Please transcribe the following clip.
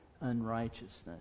unrighteousness